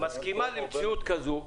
מסכימה למציאות כזאת.